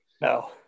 No